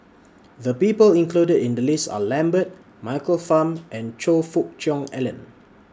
The People included in The list Are Lambert Michael Fam and Choe Fook Cheong Alan